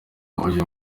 uyu